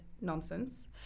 nonsense